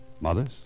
Mother's